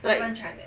like